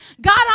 God